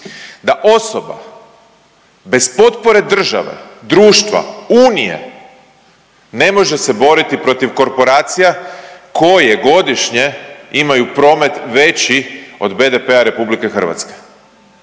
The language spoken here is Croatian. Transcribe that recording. da osoba bez potpore države, društva, Unije ne može se boriti protiv korporacija koje godišnje imaju promet veći od BDP-a Republike Hrvatske.